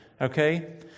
Okay